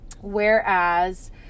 whereas